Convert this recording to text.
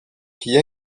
qui